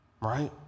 right